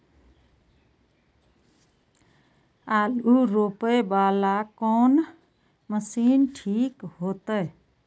आलू रोपे वाला कोन मशीन ठीक होते?